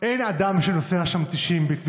אין אדם שנוסע שם 90 קמ"ש,